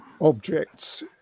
objects